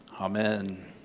Amen